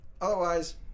otherwise